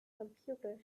computer